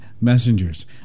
messengers